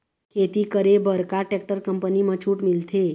खेती करे बर का टेक्टर कंपनी म छूट मिलथे?